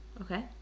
okay